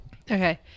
okay